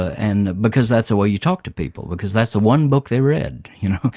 ah and because that's the way you talked to people. because that's the one book they read, you know.